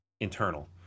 internal